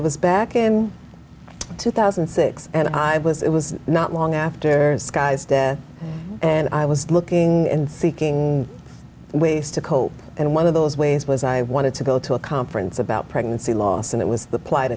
it was back in two thousand and six and i was it was not long after sky's death and i was looking and seeking ways to cope and one of those ways was i wanted to go to a conference about pregnancy loss and it was the plight